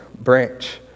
branch